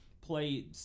play